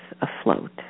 afloat